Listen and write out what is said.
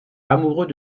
amoureux